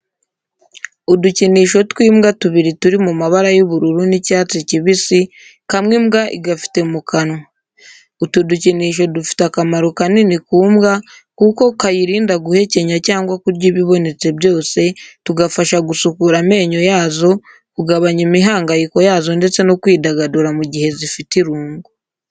Udukinisho tw'imbwa tubiri turi mu mabara y'ubururu n'icyatsi kibisi, kamwe imbwa igafite mu kanwa. Utu dukinisho dufite akamaro kanini ku mbwa kuko kayirinda guhekenya cyangwa kurya ibibonetse byose, tugafasha gusukura amenyo yazo, kugabanya imihangayiko yazo ndetse no kwidagadura mu gihe zifite irungu.